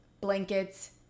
blankets